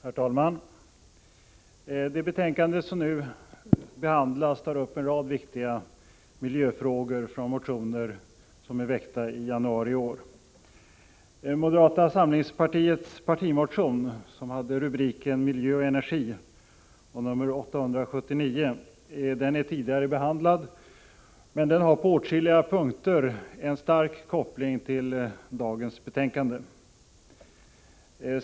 Herr talman! I det betänkande som nu behandlas tas upp en rad viktiga miljöfrågor från motioner som väckts i januari i år. Moderata samlingspartiets partimotion nr 879, som hade rubriken Miljö och energi, är tidigare behandlad men har på åtskilliga punkter en stark koppling till dagens betänkande.